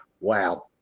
wow